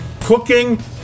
cooking